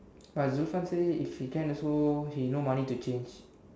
but Zulfan say if he can also he no money to change